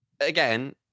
again